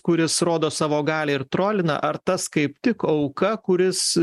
kuris rodo savo galią ir trolina ar tas kaip tik auka kuris